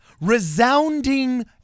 resounding